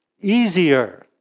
easier